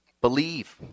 Believe